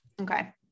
Okay